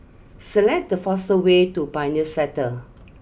select the fastest way to Pioneer Sector